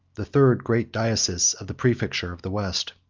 the third great diocese of the praefecture of the west.